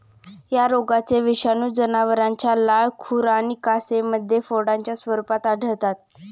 या रोगाचे विषाणू जनावरांच्या लाळ, खुर आणि कासेमध्ये फोडांच्या स्वरूपात आढळतात